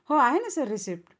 हा आहे ना सर रिसिप्ट